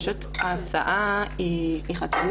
אני חושבת